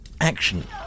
Action